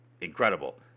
incredible